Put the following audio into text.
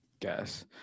Guess